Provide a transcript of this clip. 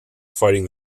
fighting